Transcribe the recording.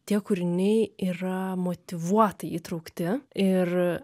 tie kūriniai yra motyvuotai įtraukti ir